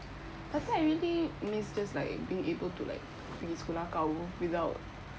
sometimes I really miss just like being able to like pergi sekolah kau without